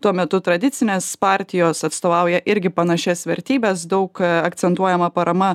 tuo metu tradicinės partijos atstovauja irgi panašias vertybes daug akcentuojama parama